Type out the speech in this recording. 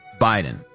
Biden